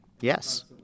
Yes